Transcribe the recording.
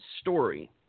story